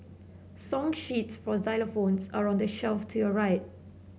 song sheets for xylophones are on the shelf to your right